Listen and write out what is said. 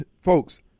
folks